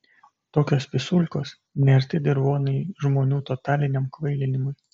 tokios pisulkos nearti dirvonai žmonių totaliniam kvailinimui